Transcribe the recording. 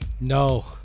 No